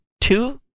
two